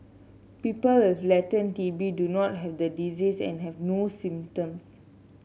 people with latent T B do not have the disease and have no symptoms